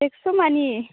एकस' मानि